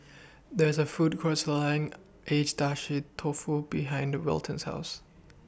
There's A Food Court Selling Agedashi Dofu behind The Wilton's House